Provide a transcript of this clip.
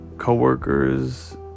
co-workers